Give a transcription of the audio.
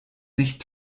nicht